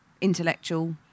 intellectual